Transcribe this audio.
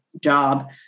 job